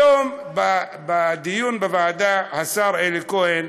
היום, בדיון בוועדה, השר אלי כהן,